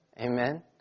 Amen